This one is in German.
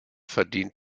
verdient